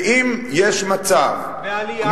ואם יש מצב, והעלייה, זה גם אמצעי?